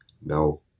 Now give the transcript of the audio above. No